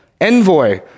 envoy